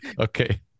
Okay